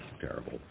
terrible